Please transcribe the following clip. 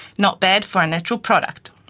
not bad for a natural product.